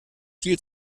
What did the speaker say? viel